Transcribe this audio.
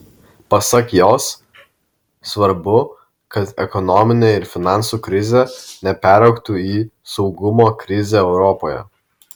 pasak jos svarbu kad ekonominė ir finansų krizė neperaugtų į saugumo krizę europoje